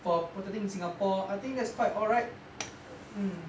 for protecting singapore I think that's quite alright mm